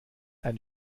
ein